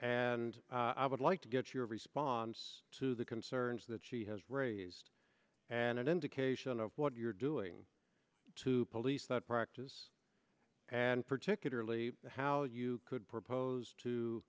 and i would like to get your response to the concerns that she has raised and an indication of what you're doing to police that practice and particularly how you could propose to